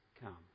come